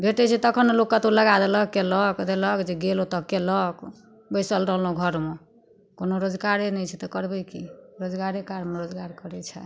भेटै छै तखन ने लोक कतौ लगा देलक कयलक देलक जे गेल ओतऽ कयलक बैसल रहलहुँ घरमे कोनो रोजगारे नहि छै तऽ करबै की रोजगारेके कारण नहि रोजगार करै छै